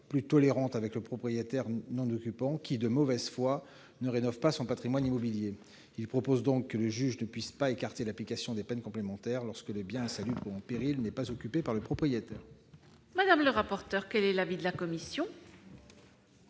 plus tolérante avec le propriétaire non occupant qui, de mauvaise foi, ne rénove pas son patrimoine immobilier. Cet amendement d'appel vise donc à prévoir que le juge ne puisse pas écarter l'application des peines complémentaires lorsque le bien insalubre ou en péril n'est pas occupé par le propriétaire. Quel est l'avis de la commission ?